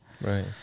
Right